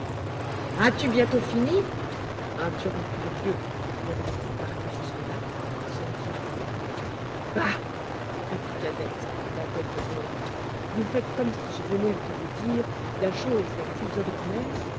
as-tu bientôt fini interrompit le vieux qui l'avait laissée parler jusque-là sans dire un mot bah répliqua dete la tête haute vous faites comme si je venais de vous dire la chose le plus ordinaire